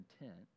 intent